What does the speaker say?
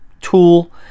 tool